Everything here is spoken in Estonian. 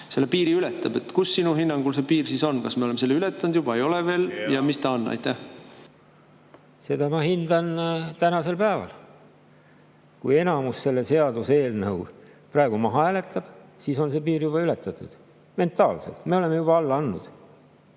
selle piiri ületab. Kus sinu hinnangul see piir siis on? Kas me oleme selle ületanud juba või ei ole veel, ja mis ta on? Seda ma hindan tänasel päeval. Kui enamus selle seaduseelnõu praegu maha hääletab, siis on see piir juba ületatud. Mentaalselt me oleme juba alla andnud